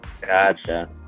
Gotcha